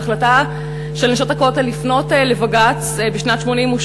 וההחלטה של "נשות הכותל" לפנות לבג"ץ בשנת 1988,